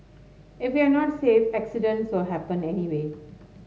if you're not safe accidents will happen anyway